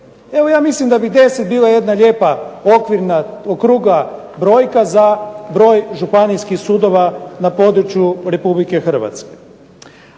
Evo ja mislim da bi 10 bila jedna lijepa okvirna, okrugla brojka za broj županijskih sudova na području RH.